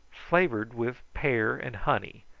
flavoured with pear and honey,